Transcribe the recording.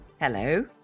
Hello